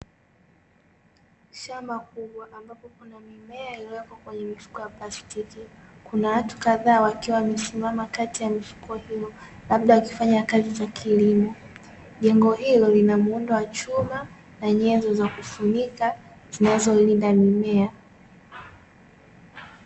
Shamba kubwa amabapo kuna mimea imewekwa kwenye mifuko ya plastiki. Kuna watu wakadhaa wakiwamesimama kati ya mifuko hiyo labda wakifanya shughuli za kilimo. Jengo hilo linamuundo wa chuma na nyenzo za kufunika zinazolinda mimea.